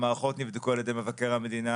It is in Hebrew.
המערכות נבדקו על ידי מבקר המדינה,